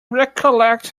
recollect